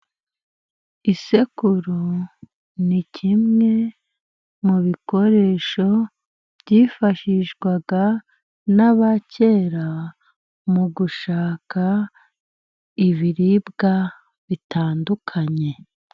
Isekuru ni kimwe mu bikoresho byifashishwaga n'abakera, mu gushaka ibiribwa bitandukanye.